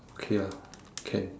okay lah can